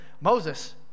Moses